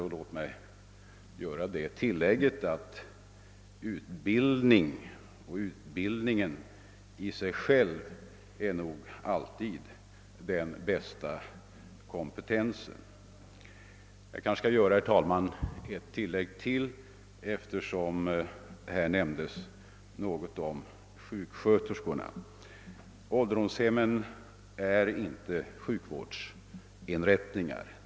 Jag vill emellertid tillfoga att utbildningen i sig själv alltid är den bästa kompetensen. Eftersom här också nämndes sjuksköterskorna vill jag göra ännu ett tilllägg. Ålderdomshemmen är inte sjukvårdsinrättningar.